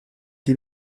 die